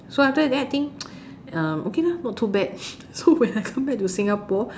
so after that then I think okay lah not too bad so when I come back to Singapore